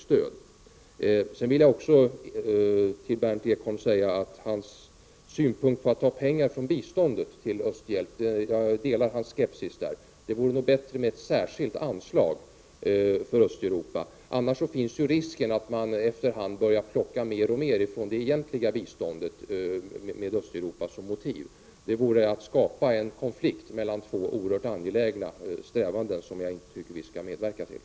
Sedan vill jag också säga att jag delar Berndt Ekholms skepsis mot att ta pengar från biståndet till östhjälp. Det vore nog bättre med ett särskilt anslag för Östeuropa. Annars finns ju risken att man efter hand börjar plocka mer och mer från det egentliga biståndet, med Östeuropa som motiv. Det vore att skapa en konflikt mellan två oerhört angelägna strävanden som jag inte tycker vi skall medverka till.